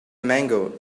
mango